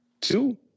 Two